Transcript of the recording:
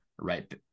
right